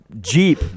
jeep